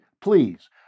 please